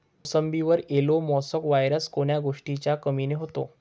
मोसंबीवर yellow mosaic virus कोन्या गोष्टीच्या कमीनं होते?